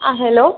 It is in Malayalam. ആ ഹലോ